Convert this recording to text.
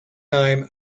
name